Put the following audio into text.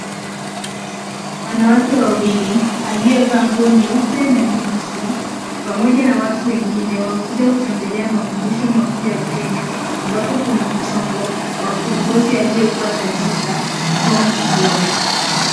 Wanawake wawili aliyevaa nguo nyeupe na nyeusi pamoja na watu wengine wamekuja kutembelea makumbusho makuu ya Kenya ambapo kuna mchongo wa kiongozi aliyekuwa tajika Tom Mboya.